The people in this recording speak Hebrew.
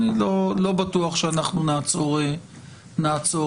אני לא בטוח שאנחנו נעצור שם.